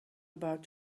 about